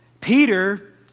Peter